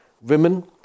women